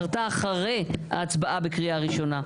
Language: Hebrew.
קרתה אחרי ההצבעה בקריאה ראשונה,